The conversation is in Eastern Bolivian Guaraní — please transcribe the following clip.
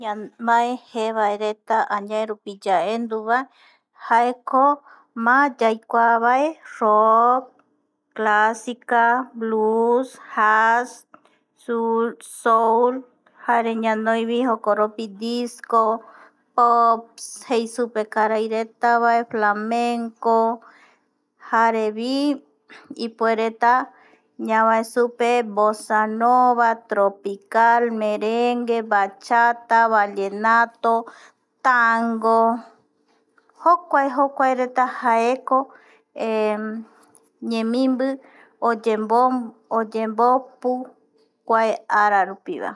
Añaerupi, yaenduvae, jaeko, má yaikua vae, rock, clasica, pluzz, jazz, soul, jare ñanoivi jokoropi, disco, hopss jei supe karairetavae, flamenco jarevi, ipuereta ñavae supuva vosanova, tropical, merengue, bachata, ballonato, tango jokua, juokuareta jaeko, ñemimbi oyembopu kuae ara rupiva.